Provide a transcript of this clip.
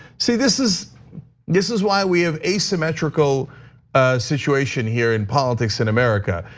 see, this is this is why we have asymmetrical situation here in politics in america.